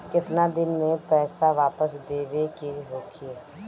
केतना दिन में पैसा वापस देवे के होखी?